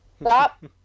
Stop